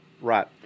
right